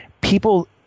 people